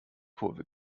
kurve